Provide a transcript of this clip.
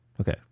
Okay